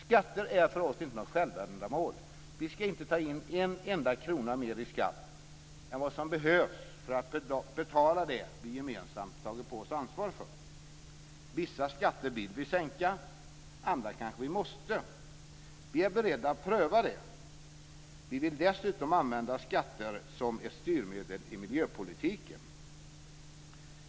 Skatter är för oss inte något självändamål. Vi ska inte ta in en enda krona mer i skatt än vad som behövs för att betala det vi gemensamt tagit på oss ansvar för. Vissa skatter vill vi sänka. Andra kanske vi måste sänka. Vi är beredda att pröva det. Vi vill dessutom använda skatter som ett styrmedel i miljöpolitiken.